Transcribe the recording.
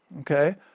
okay